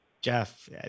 Jeff